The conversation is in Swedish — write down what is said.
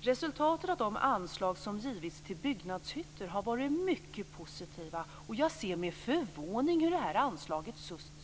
Resultatet av de anslag som givits till byggnadshyttor har varit mycket positivt. Jag ser med förvåning hur detta anslag